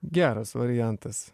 geras variantas